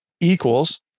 equals